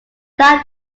that